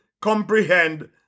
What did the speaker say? comprehend